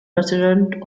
president